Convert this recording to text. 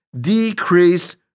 decreased